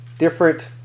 different